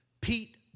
Pete